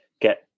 get